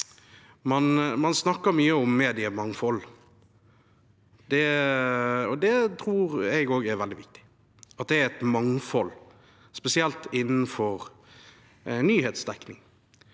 Man snakker mye om mediemangfold, og jeg tror også det er veldig viktig at det er et mangfold, spesielt innenfor nyhetsdekning.